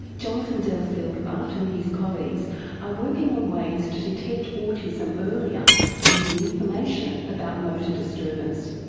jonathan delafield-butt and his colleagues are working on ways to detect autism earlier using information about motor disturbance.